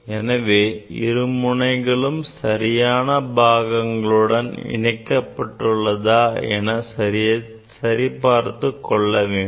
எனவே இரு முனைகளும் சரியான பாகங்களுடன் இணைக்கப்பட்டுள்ளதா என்பதை சரிபார்த்து கொள்ள வேண்டும்